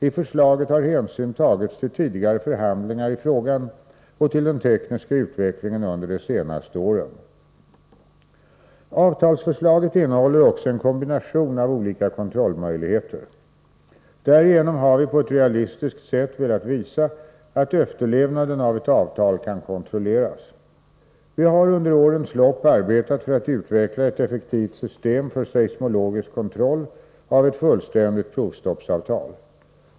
I förslaget har hänsyn tagits till tidigare förhandlingar i frågan och till den tekniska utvecklingen under de senaste åren. Avtalsförslaget innehåller också en kombination av olika kontrollmöjligheter. Därigenom har vi på ett realistiskt sätt velat visa att efterlevnaden av ett avtal kan kontrolleras. Vi har under årens lopp arbetat för att utveckla ett effektivt system för seismologisk kontroll av ett fullständigt provstoppsavtal.